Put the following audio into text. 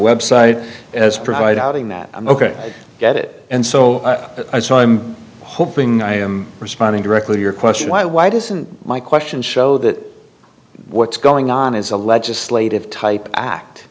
website as provide housing that i'm ok i get it and so i'm hoping i am responding directly to your question why why doesn't my question show that what's going on is a legislative type act